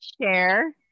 share